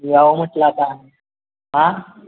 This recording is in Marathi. यावं म्हटलं आता आं